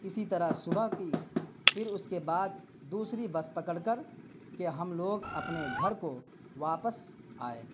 کسی طرح صبح کی پھر اس کے بعد دوسری بس پکڑ کر کے ہم لوگ اپنے گھر کو واپس آئے